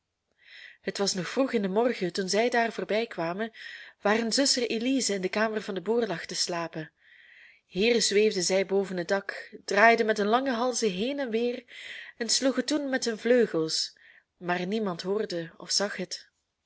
het was nog vroeg in den morgen toen zij daar voorbijkwamen waar hun zuster elize in de kamer van den boer lag te slapen hier zweefden zij boven het dak draaiden met hun lange halzen heen en weer en sloegen toen met hun vleugels maar niemand hoorde of zag het